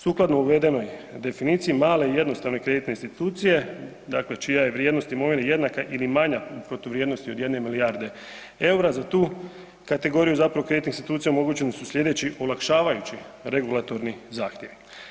Sukladno uvedenoj definiciji, male i jednostavne kreditne institucije, dakle čija je vrijednost imovine jednaka ili manja u protuvrijednosti od jedne milijarde eura, za tu kategoriju zapravo kreditnih institucija omogućeni su sljedeći olakšavajući regulatorni zahtjevi.